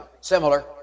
similar